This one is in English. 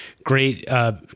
Great